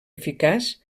eficaç